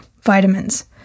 vitamins